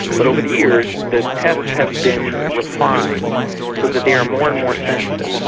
but over the years the tests have been refined so that they are more and more sensitive,